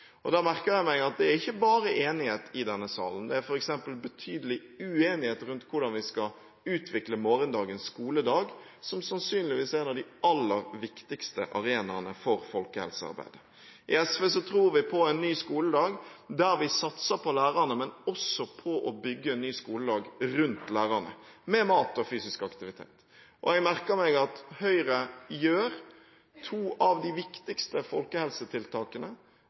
arenaene der det er viktigst. Der merker jeg meg at det ikke er bare enighet i denne salen. Det er f.eks. betydelig uenighet om hvordan vi skal utvikle morgendagens skoledag, som sannsynligvis er en av de aller viktigste arenaene for folkehelsearbeid. I SV tror vi på en ny skoledag der vi satser på lærerne, men også på å bygge en ny skoledag rundt lærerne – med mat og fysisk aktivitet. Jeg merker meg at Høyre gjør to av